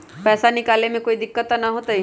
पैसा निकाले में कोई दिक्कत त न होतई?